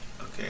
Okay